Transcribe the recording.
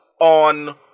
on